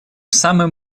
самым